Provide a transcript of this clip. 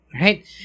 Right